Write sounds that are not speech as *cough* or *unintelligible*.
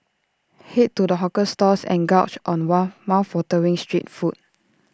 Head to the hawker stalls and gorge on *unintelligible* mouthwatering street food